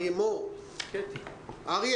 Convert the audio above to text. אני